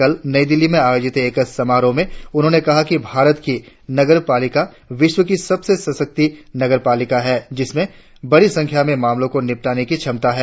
कल नई दिल्ली में आयोजित एक समारोह में उन्होंने कहा कि भारत की न्यायपालिका विश्व की सबसे सशक्ति न्यायपालिका है जिसमें बड़ी संख्या में मामलों को निपटाने की क्षमता है